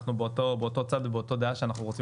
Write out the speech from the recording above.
אנחנו באותו צד ובאותה דעה שאנחנו רוצים